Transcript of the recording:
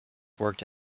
worked